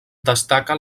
destaca